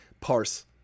parse